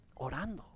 orando